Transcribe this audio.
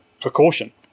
precaution